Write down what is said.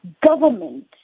government